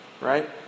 Right